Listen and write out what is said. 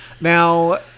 Now